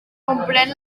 comprèn